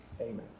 Amen